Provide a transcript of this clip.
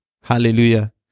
hallelujah